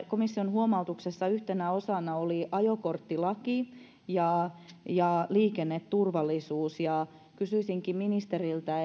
komission huomautuksessa yhtenä osana oli ajokorttilaki ja ja liikenneturvallisuus kysyisinkin ministeriltä